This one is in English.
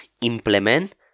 implement